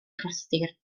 rhostir